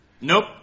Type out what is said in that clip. Nope